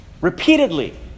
repeatedly